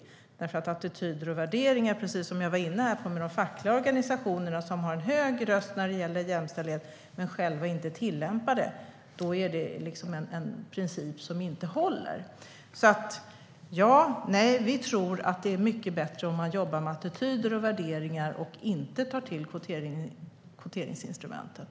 Attityder och värderingar är det centrala, precis som jag nämnde när det gällde de fackliga organisationerna, som har en hög röst när det gäller jämställdhet men själva inte tillämpar kvotering. Då är det ju en princip som inte håller. Vi tror att det är mycket bättre att man jobbar med attityder och värderingar och inte tar till kvoteringsinstrumentet.